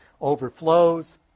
overflows